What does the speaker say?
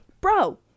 Bro